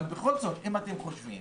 אבל בכל זאת, אם אתם חושבים